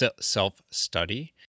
self-study